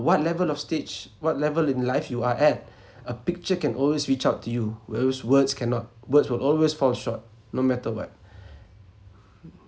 what level of stage what level in life you are at a picture can always reach out to you whereas words cannot words will always fall short no matter what